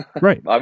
Right